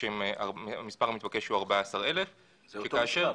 פה המספר המתבקש הוא 14,000. זה אותו מספר.